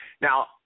Now